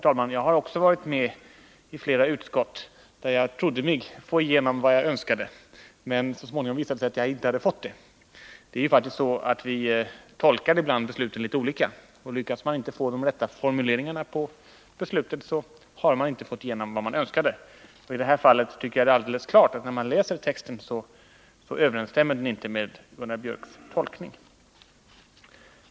Också jag har, fru talman, varit med i flera utskott där jag trott mig ha fått igenom vad jag önskade, men där det så småningom visade sig att så inte var fallet. Vi tolkar faktiskt ibland besluten litet olika, och lyckas man inte få igenom de rätta formuleringarna i beslutstexten har man inte heller fått igenom det som man önskade. I detta fall tycker jag att det är alldeles klart att texten inte överensstämmer med Gunnar Biörcks tolkning.